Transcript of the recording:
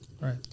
right